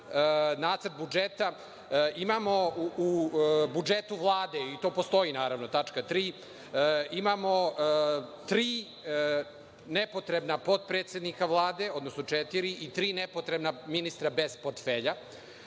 nacrt budžeta, imamo u budžetu Vlade, i to postoji naravno, tačka 3, imamo tri nepotrebna potpredsednika Vlade, odnosno četiri i tri nepotrebna ministra bez portfelja.